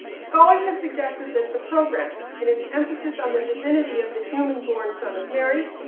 scholars have suggested that the program in its emphasis on the divinity of the human born son of mary,